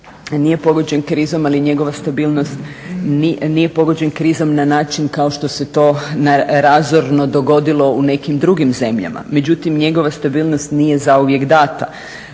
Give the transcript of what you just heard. nije pogođen krizom. Ali njegova stabilnost, nije pogođen krizom na način kao što se to razorno dogodilo u nekim drugim zemljama. Međutim, njegova stabilnost nije zauvijek data.